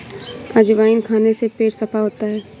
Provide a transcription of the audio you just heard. अजवाइन खाने से पेट साफ़ होता है